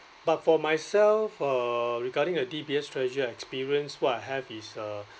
but for myself uh regarding the D_B_S treasure experience what I have is uh